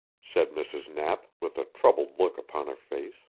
said mrs. knapp, with a troubled look upon her face.